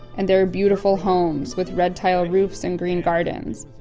and there are beautiful homes with red tile roofs and green gardens.